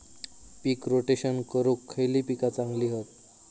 पीक rotation करूक खयली पीका चांगली हत?